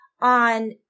on